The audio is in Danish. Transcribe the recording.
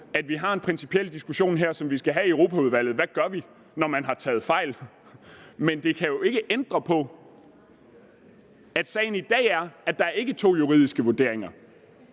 at vi har en principiel diskussion her, som vi skal have i Europaudvalget: Hvad gør vi, når man har taget fejl? Men det kan jo ikke ændre på, at sagen i dag er, at der ikke er to juridiske vurderinger.